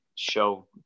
show